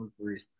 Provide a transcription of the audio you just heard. three